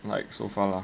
like so far